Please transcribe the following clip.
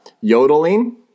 yodeling